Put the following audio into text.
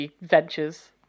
ventures